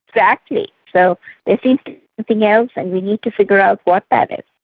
exactly. so there seems to be something else and we need to figure out what that is.